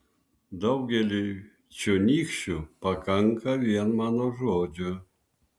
daugeliui čionykščių pakanka vien mano žodžio